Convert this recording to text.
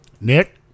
Nick